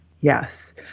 Yes